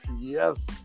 Yes